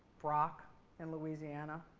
brock in louisiana.